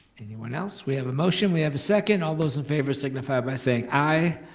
anyone else, we have a motion, we have a second, all those in favor signify by saying aye.